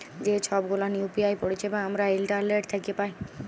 যে ছব গুলান ইউ.পি.আই পারিছেবা আমরা ইন্টারলেট থ্যাকে পায়